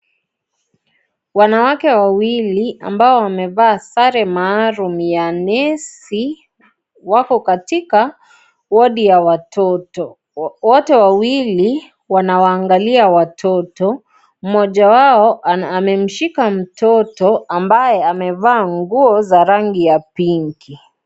Wanawake wawili ambao wamefaa sare maalum ya nurse wako katika wodi ya watoto. Wote wawili wanawaangalia watoto moja wao amemshika mtoto ambaye amevaa nguo za rangi ya Pinki